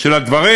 של הדברים.